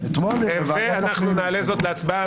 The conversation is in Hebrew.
אנחנו נעלה זאת להצבעה.